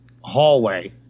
hallway